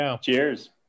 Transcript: Cheers